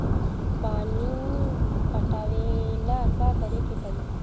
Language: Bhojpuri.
पानी पटावेला का करे के परी?